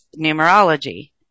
numerology